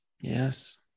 Yes